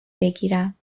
بگیرم